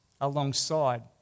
alongside